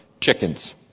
chickens